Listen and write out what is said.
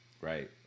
Right